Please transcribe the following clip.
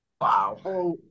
Wow